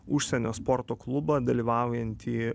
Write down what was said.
užsienio sporto klubą dalyvaujantį